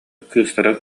кыыстара